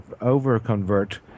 over-convert